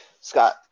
Scott